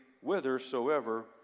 whithersoever